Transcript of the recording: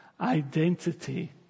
identity